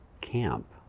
camp